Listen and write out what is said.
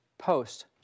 post